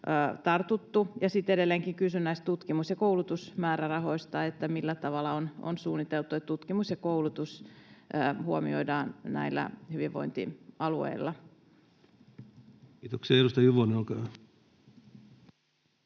tartuttu. Sitten edelleen kysyn näistä tutkimus‑ ja koulutusmäärärahoista: millä tavalla on suunniteltu, että tutkimus ja koulutus huomioidaan hyvinvointialueilla? [Speech 121] Speaker: